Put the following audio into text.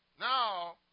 Now